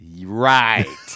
Right